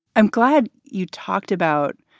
i'm glad you talked about